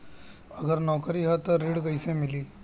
अगर नौकरी ह त ऋण कैसे मिली?